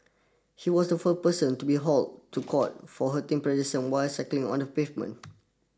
he was the first person to be hauled to court for hurting pedestrian while cycling on the pavement